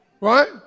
Right